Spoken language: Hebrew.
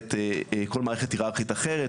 מערכת או כל מערכת הירארכית אחרת,